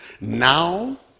Now